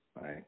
right